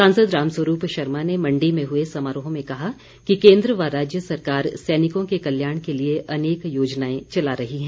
सांसद राम स्वरूप शर्मा ने मण्डी में हुए समारोह में कहा कि केन्द्र व राज्य सरकार सैनिकों के कल्याण के लिए अनेक योजनाएं चला रही है